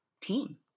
team